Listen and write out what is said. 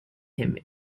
him